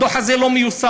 הדוח הזה לא מיושם.